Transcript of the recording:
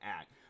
act